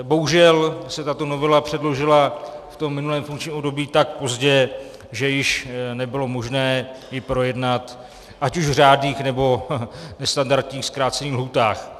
Bohužel se tato novela předložila v tom minulém funkčním období tak pozdě, že již nebylo možné ji projednat ať už v řádných, nebo standardních zkrácených lhůtách.